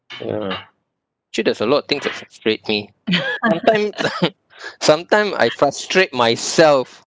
yeah actually there's a lot of thing that frustrates me sometimes ah sometime I frustrate myself